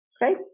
right